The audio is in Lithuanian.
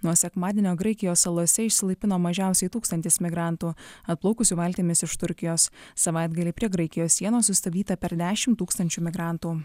nuo sekmadienio graikijos salose išsilaipino mažiausiai tūkstantis migrantų atplaukusių valtimis iš turkijos savaitgalį prie graikijos sienos sustabdyta per dešimt tūkstančių migrantų